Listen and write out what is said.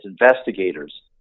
investigators